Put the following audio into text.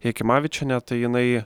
jakimavičiene tai jinai